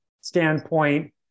standpoint